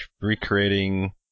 recreating